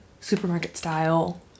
supermarket-style